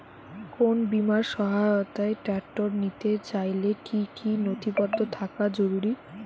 কোন বিমার সহায়তায় ট্রাক্টর নিতে চাইলে কী কী নথিপত্র থাকা জরুরি?